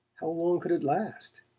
how long could it last?